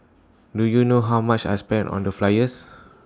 do you know how much I spent on the flyers